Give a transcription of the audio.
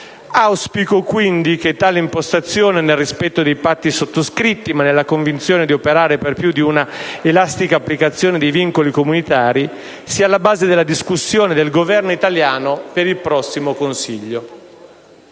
Auspico pertanto che tale impostazione, nel rispetto dei patti sottoscritti, ma nella convinzione di operare per una più elastica applicazione dei vincoli comunitari, sia alla base della discussione del Governo italiano per il prossimo Consiglio.